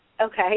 Okay